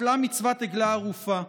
בטלה מצוות עגלה ערופה.